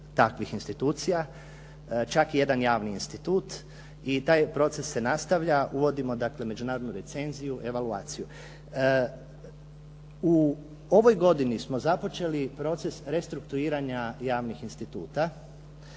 takvih institucija čak i jedan javni institut i taj proces se nastavlja, uvodimo dakle međunarodnu recenziju evaluaciju. U ovoj godini smo započeli proces restrukturiranja javnih instituta